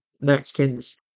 Mexicans